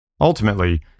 Ultimately